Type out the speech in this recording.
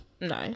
No